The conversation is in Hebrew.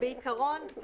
בעיקרון,